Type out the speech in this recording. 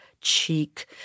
cheek